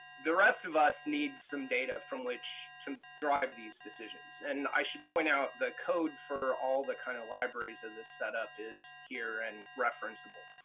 the rest of us need some data from which to drive these decisions, and i should point out the code for all the kind of libraries of this setup is here and referenceable,